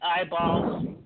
eyeballs